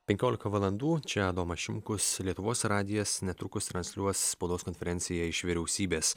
penkiolika valandų čia adomas šimkus lietuvos radijas netrukus transliuos spaudos konferenciją iš vyriausybės